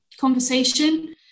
conversation